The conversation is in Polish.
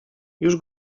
już